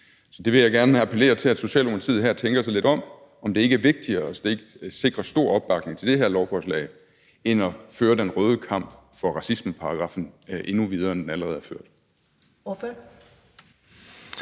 Så jeg vil gerne appellere til, at Socialdemokratiet her tænker sig lidt om, i forhold til om det ikke er vigtigere at sikre stor opbakning til det her lovforslag end at føre den røde kamp for racismeparagraffen endnu videre, end den allerede er ført.